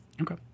Okay